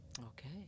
okay